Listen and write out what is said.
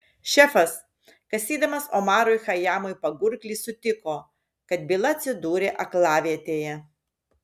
šefas kasydamas omarui chajamui pagurklį sutiko kad byla atsidūrė aklavietėje